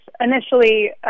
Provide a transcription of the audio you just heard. initially